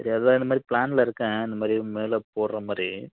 சரி அதான் இந்த மாதிரி பிளானில் இருக்கேன் இந்த மாதிரி மேலே போட்ற மாதிரி